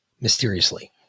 Mysteriously